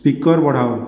speaker ବଢ଼ାଅ